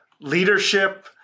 leadership